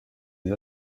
les